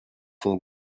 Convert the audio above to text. sont